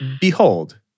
Behold